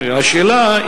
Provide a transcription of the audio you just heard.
השאלה,